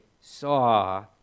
saw